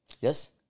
Yes